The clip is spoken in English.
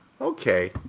Okay